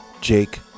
Jake